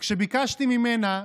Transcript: כשביקשתי ממנה,